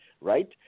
right